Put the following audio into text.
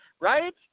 Right